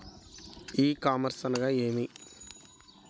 ఈ కామర్స్ అనగా నేమి?